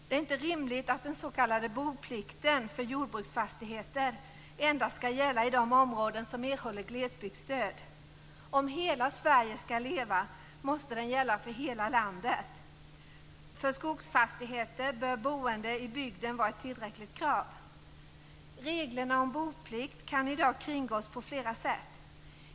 Det är inte rimligt att den s.k. boplikten för jordbruksfastigheter endast skall gälla i de områden som erhåller glesbygdsstöd. Om hela Sverige skall leva måste boplikten gälla för hela landet. För skogsfastigheter bör boende i bygden vara ett tillräckligt krav. Reglerna om boplikt kan i dag kringgås på flera sätt.